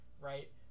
right